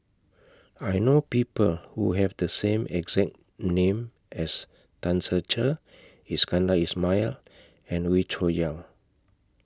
I know People Who Have The same exact name as Tan Ser Cher Iskandar Ismail and Wee Cho Yaw